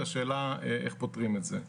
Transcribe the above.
השאלה איך פותרים את זה.